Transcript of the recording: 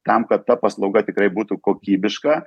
tam kad ta paslauga tikrai būtų kokybiška